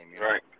Right